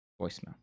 voicemail